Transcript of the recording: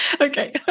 Okay